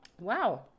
Wow